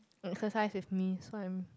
exercise with me so I'm